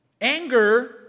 Anger